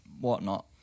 whatnot